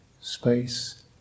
space